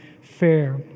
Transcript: Fair